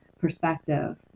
perspective